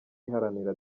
iharanira